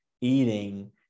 eating